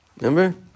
Remember